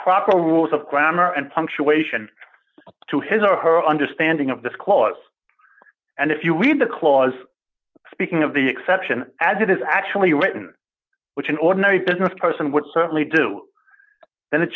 proper rules of grammar and punctuation to his or her understanding of this clause and if you read the clause speaking of the exception as it is actually written which in ordinary business person would certainly do and it